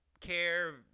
care